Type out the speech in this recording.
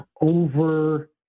over